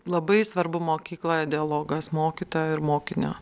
labai svarbu mokykloje dialogas mokytojo ir mokinio